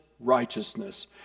righteousness